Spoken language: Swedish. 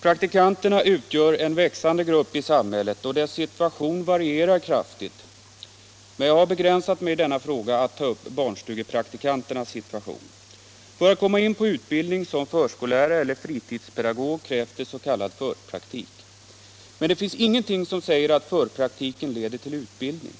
Praktikanterna utgör en växande grupp i samhället, och deras situation varierar kraftigt. Jag har emellertid när det gäller den här frågan begränsat mig till att ta upp barnstugepraktikanternas situation. För att komma in på utbildning till förskollärare eller fritidspedagog krävs det s.k. förpraktik. Men det finns ingenting som säger att förpraktiken leder till utbildning.